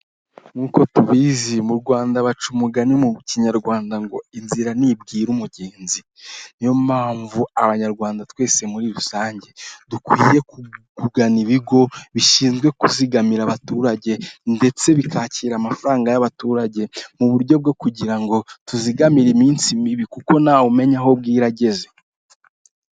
Nk'uko tubizi mu rwanda baca umugani mu kinyarwanda ngo inzira ntibwira umugenzi; niyo mpamvu abanyarwanda twese muri rusange dukwiye kugana ibigo bishinzwe kuzigamira abaturage ndetse bikakira amafaranga y'abaturage; mu buryo bwo kugira ngo tuzigamire iminsi mibi kuko ntawe umenya aho bwira ageze.